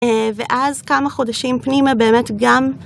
אה... ואז כמה חודשים פנימה באמת גם.